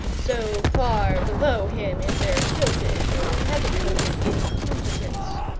so far below him in their kilted or petticoated incompetence.